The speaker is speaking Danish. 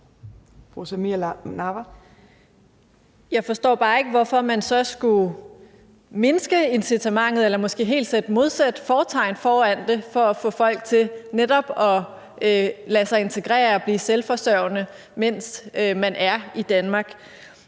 Jeg forstår bare ikke, hvorfor man så skulle mindske incitamentet eller måske helt sætte modsat fortegn foran det for at få folk til netop at blive selvforsørgende, mens de er i Danmark.